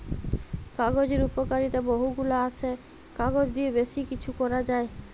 কাগজের উপকারিতা বহু গুলা আসে, কাগজ দিয়ে বেশি কিছু করা যায়